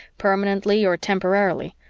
permanently or temporarily.